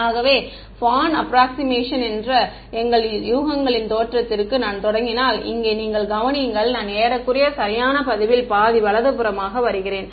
ஆகவே Born approximation என்ற எங்கள் யூகங்களின் தோற்றத்திலிருந்து நான் தொடங்கினால் இங்கே நீங்கள் கவனியுங்கள் நான் ஏறக்குறைய சரியான பதிலில் பாதி வலதுபுறமாக வருகிறேன்